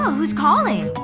who's calling?